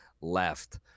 left